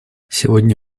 сегодня